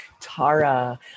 Tara